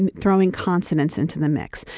and throwing consonants into the mix.